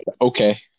okay